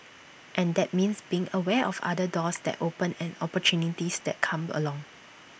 and that means being aware of other doors that open and opportunities that come along